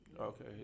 Okay